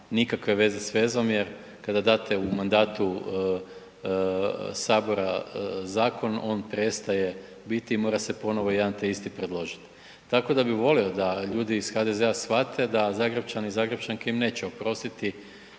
nikakve veze s vezom jer kada date u mandatu Sabora zakon, on prestaje biti i mora se ponovno jedan te isti predložiti. Tako da bih volio da ljudi iz HDZ-a shvate da Zagrepčani i Zagrepčanke im neće oprostiti